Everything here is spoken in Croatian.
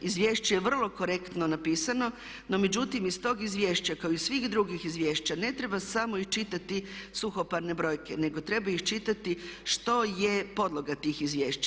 Izvješće je vrlo korektno napisano, no međutim iz tog izvješća kao i svih drugih izvješća ne treba samo iščitati suhoparne brojke, nego treba iščitati što je podloga tih izvješća.